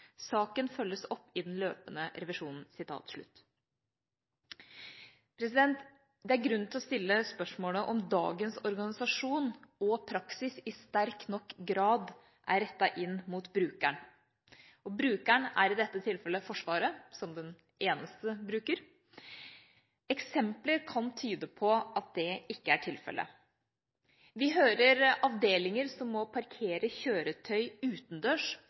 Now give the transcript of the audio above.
Saken følges opp i den løpende revisjonen.» Det er grunn til å stille spørsmålet om dagens organisasjon og praksis i sterk nok grad er rettet inn mot brukeren. Brukeren er i dette tilfellet Forsvaret – som den eneste bruker. Eksempler kan tyde på at det ikke er tilfellet. Vi hører om avdelinger som må parkere kjøretøy